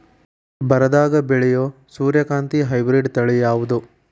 ಬರದಾಗ ಬೆಳೆಯೋ ಸೂರ್ಯಕಾಂತಿ ಹೈಬ್ರಿಡ್ ತಳಿ ಯಾವುದು?